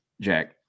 Jack